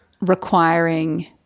requiring